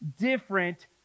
different